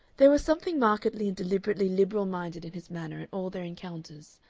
there was something markedly and deliberately liberal-minded in his manner in all their encounters.